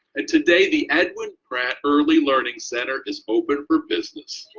and today the edwin pratt early learning center is open for business.